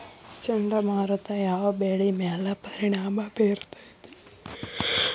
ಚಂಡಮಾರುತ ಯಾವ್ ಬೆಳಿ ಮ್ಯಾಲ್ ಪರಿಣಾಮ ಬಿರತೇತಿ?